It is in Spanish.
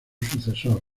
sucesor